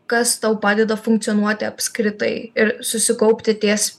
kas tau padeda funkcionuoti apskritai ir susikaupti ties